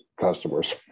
customers